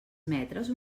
metres